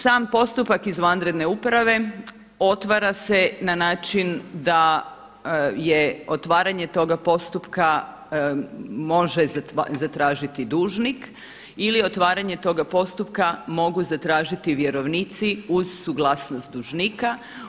Sam postupak izvanredne uprave otvara se na način da je otvaranje toga postupka može zatražiti dužnik ili otvaranje toga postupka mogu zatražiti vjerovnici uz suglasnost dužnika.